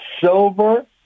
silver